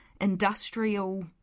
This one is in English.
industrial